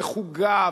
לחוגיו,